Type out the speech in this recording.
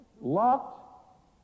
Locked